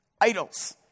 Idols